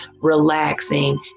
relaxing